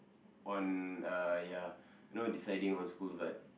on uh ya you know deciding on school but